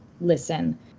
listen